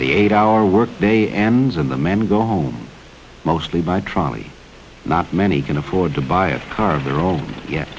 the eight hour workday ends and the men go home mostly by trolley not many can afford to buy a car of their own ye